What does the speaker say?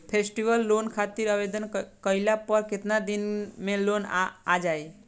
Festival loan खातिर आवेदन कईला पर केतना दिन मे लोन आ जाई?